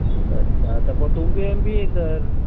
अछा त पोइ तूं बि एम बी ए करि